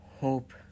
Hope